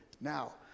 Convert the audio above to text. now